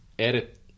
edit